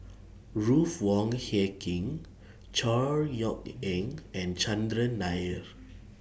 Ruth Wong Hie King Chor Yeok Eng and Chandran Nair